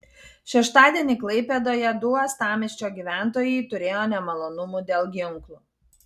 šeštadienį klaipėdoje du uostamiesčio gyventojai turėjo nemalonumų dėl ginklų